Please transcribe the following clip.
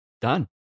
Done